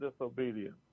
disobedience